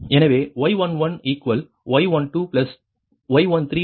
எனவே Y11y12y13y10